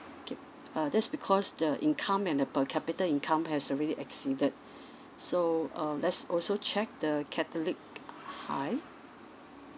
okay uh that's because the income and the per capita income has already exceeded so uh let's also check the catholic high